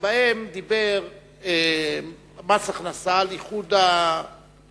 שבה דיבר מס הכנסה על איחוד הגבייה.